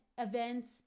events